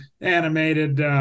animated